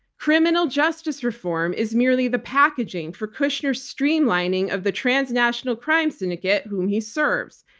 criminal justice reform is merely the packaging for kushner's streamlining of the transnational crime syndicate whom he serves.